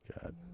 God